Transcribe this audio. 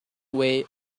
way